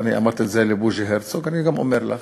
אמרתי את זה לבוז'י הרצוג, ואני אומר גם לך,